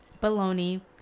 Bologna